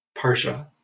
Parsha